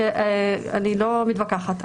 אני לא מתווכחת,